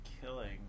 killing